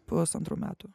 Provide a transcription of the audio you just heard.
pusantrų metų